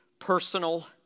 personal